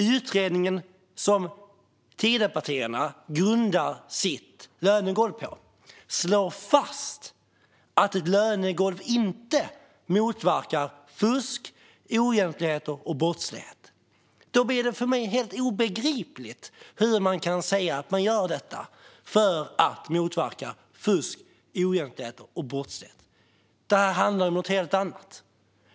Utredningen som Tidöpartierna grundar sitt lönegolv på slår fast att ett lönegolv inte motverkar fusk, oegentligheter och brottslighet. Då blir det för mig helt obegripligt hur man kan säga att man gör detta för att motverka fusk, oegentligheter och brottslighet. Det här handlar om något helt annat.